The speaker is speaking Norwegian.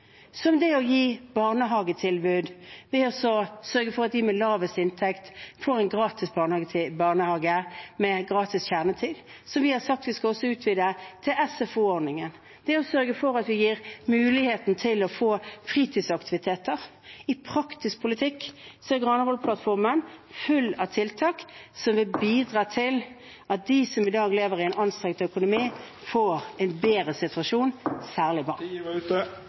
som det å gi barnehagetilbud, sørge for at de med lavest inntekt får gratis barnehage for barna, med gratis kjernetid, som vi har sagt vi skal utvide til også å gjelde SFO-ordningen, og sørge for at vi gir mulighet til å ha fritidsaktiviteter. I praktisk politikk er Granavolden-plattformen full av tiltak som vil bidra til at de som i dag lever med en anstrengt økonomi , får en bedre situasjon, særlig